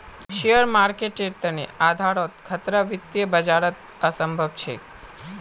share मार्केटेर तने आधारोत खतरा वित्तीय बाजारत असम्भव छेक